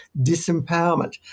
disempowerment